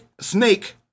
snake